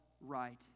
right